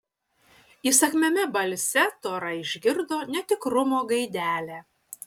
įsakmiame balse tora išgirdo netikrumo gaidelę